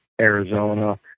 Arizona